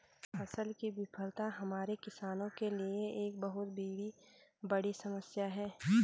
फसल की विफलता हमारे किसानों के लिए एक बहुत बड़ी समस्या है